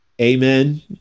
Amen